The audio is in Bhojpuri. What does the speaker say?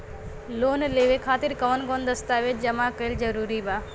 लोन लेवे खातिर कवन कवन दस्तावेज जमा कइल जरूरी बा?